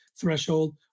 threshold